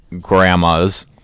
grandma's